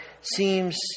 seems